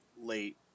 late